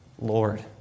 Lord